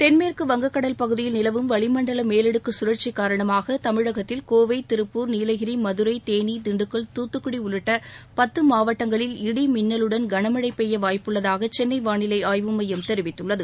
தென்மேற்கு வங்கக் கடல் பகுதியில் நிலவும் வளிமண்டல மேலடுக்கு கழற்சி காரணமாக தமிழகத்தில் கோவை திருப்பூர் நீலகிரி மதுரை தேனி திண்டுக்கல் தூத்துக்குடி உள்ளிட்ட பத்து மாவட்டங்களில் இடி மின்னலுடன் கனமழை பெய்ய வாய்ப்புள்ளதாக சென்னை வாளிலை ஆய்வு எமயம் தெரிவித்துள்ளது